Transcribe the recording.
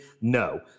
No